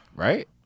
Right